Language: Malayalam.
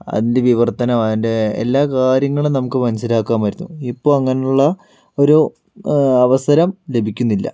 അതിൻ്റെ വിവർത്തനം അതിൻ്റെ എല്ലാ കാര്യങ്ങളും നമുക്ക് മനസ്സിലാക്കാൻ പറ്റും ഇപ്പോൾ അങ്ങനെയുള്ള ഒരു അവസരം ലഭിക്കുന്നില്ല